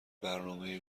برنامهای